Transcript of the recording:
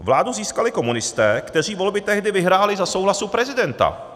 Vládu získali komunisté, kteří volby tehdy vyhráli, za souhlasu prezidenta.